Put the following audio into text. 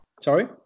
Sorry